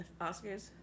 Oscars